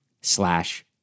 slash